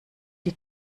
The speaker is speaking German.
die